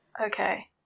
okay